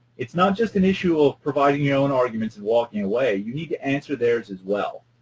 it's not just an issue of providing your own arguments and walking away, you need to answer theirs as well.